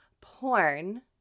porn